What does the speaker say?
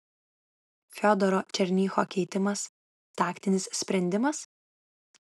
fiodoro černycho keitimas taktinis sprendimas